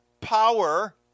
power